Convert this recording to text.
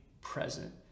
present